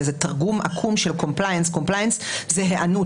זה תרגום עקום של compliance שפירושו היענות.